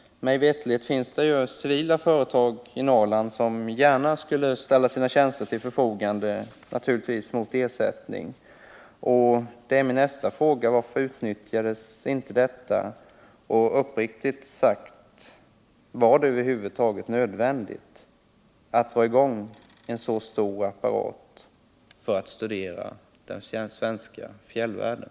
Mig veterligt finns det civila företag i Norrland, som gärna skulle ställa sina 201 tjänster till förfogande, naturligtvis mot ersättning. Min nästa fråga är: Varför utnyttjades inte denna möjlighet? Och uppriktigt sagt — var det över huvud taget nödvändigt att dra i gång en sådan stor apparat för att studera den svenska fjällvärlden?